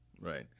Right